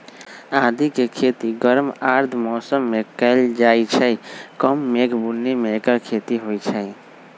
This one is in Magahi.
आदिके खेती गरम आर्द्र मौसम में कएल जाइ छइ कम मेघ बून्नी में ऐकर खेती होई छै